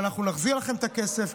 ואנחנו נחזיר לכם את הכסף,